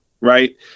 right